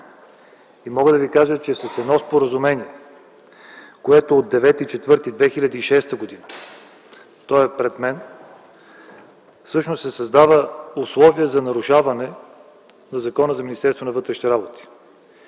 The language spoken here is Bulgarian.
Мога да Ви кажа, че с едно споразумение, което е от 9 април 2006 г. – то е пред мен, всъщност се създава условие за нарушаване на Закона за Министерството на вътрешните работи.